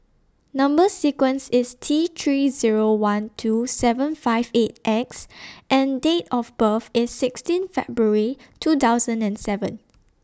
Number sequence IS T three Zero one two seven five eight X and Date of birth IS sixteen February two thousand and seven